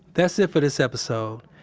that's it for this episode.